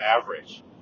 average